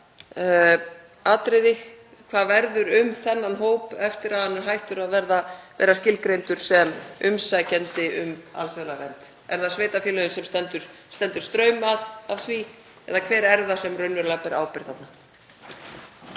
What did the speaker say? atriði. Hvað verður um þennan hóp eftir að hann er hættur að vera skilgreindur sem umsækjandi um alþjóðlega vernd? Eru það sveitarfélögin sem standa straum af því eða hver er það sem raunverulega ber ábyrgð